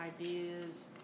ideas